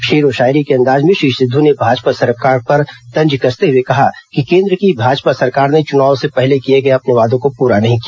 शेरो शायरी के अंदाज में श्री सिध्दू ने भाजपा सरकार पर तंज कसते हुए कहा कि केंद्र की भाजपा सरकार ने चुनाव से पहले किए गए अपने वादों को पूरा नहीं किया